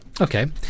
Okay